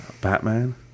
Batman